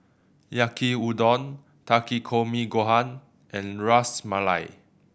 Yaki Udon Takikomi Gohan and Ras Malai